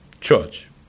church